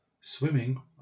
swimming